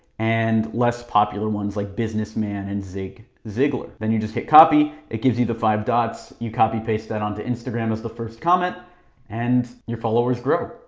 and less popular ones like businessman, and zigziglar. then then you just hit copy, it gives you the five dots, you copy paste that onto instagram as the first comment and your followers grow.